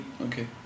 Okay